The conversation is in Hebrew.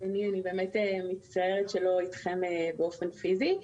אני באמת מצטערת שלא איתכם באופן פיזי.